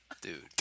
dude